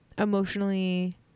Emotionally